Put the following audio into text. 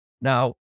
Now